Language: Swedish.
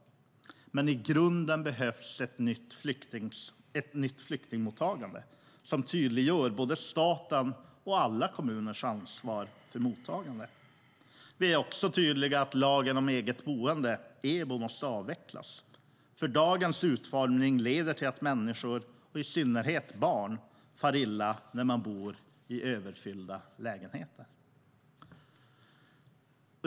Men i grunden behövs ett nytt flyktingmottagande som tydliggör både statens och alla kommuners ansvar för mottagandet. Vi är också tydliga med att lagen om eget boende, EBO, måste avvecklas. Dagens utformning leder till att människor, och i synnerhet barn, far illa när de bor i överfyllda lägenheter.